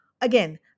Again